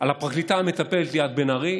על הפרקליטה המטפלת ליאת בן ארי